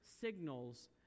signals